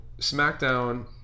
SmackDown